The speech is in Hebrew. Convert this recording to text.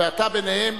ואתה ביניהם,